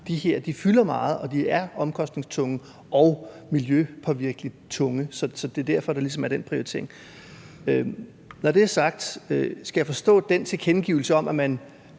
de her fylder meget, og de er omkostningstunge og påvirker miljøet meget, så det er derfor, der ligesom er den prioritering. Når det er sagt, skal jeg så forstå den tilkendegivelse om, at man